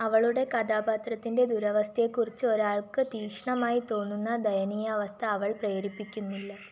അവളുടെ കഥാപാത്രത്തിൻ്റെ ദുരവസ്ഥയെക്കുറിച്ച് ഒരാൾക്ക് തീക്ഷ്ണമായി തോന്നുന്ന ദയനീയാവസ്ഥ അവൾ പ്രേരിപ്പിക്കുന്നില്ല